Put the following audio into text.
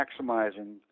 maximizing